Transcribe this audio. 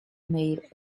maid